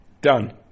Done